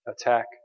attack